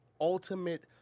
ultimate